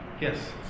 Yes